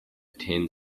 thin